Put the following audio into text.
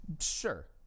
Sure